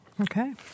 Okay